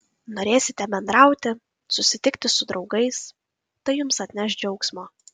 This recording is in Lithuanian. norėsite bendrauti susitikti su draugais tai jums atneš džiaugsmo